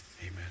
amen